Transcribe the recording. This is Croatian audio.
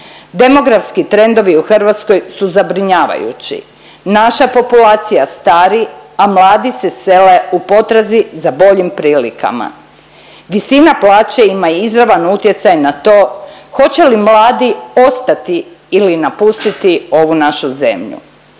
Demografski trendovi u Hrvatskoj su zabrinjavajući. Naša populacija stari, a mladi se sele u potrazi za boljim prilikama. Visina plaće ima izravan utjecaj na to hoće li mladi ostati ili napustiti ovu našu zemlju.